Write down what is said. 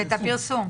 את הפרסום.